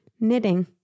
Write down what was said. Knitting